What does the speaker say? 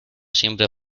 siempre